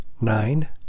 Nine